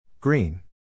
Green